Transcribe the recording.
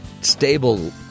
stable